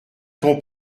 ton